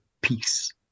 Peace